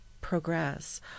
progress